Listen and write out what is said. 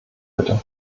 bitte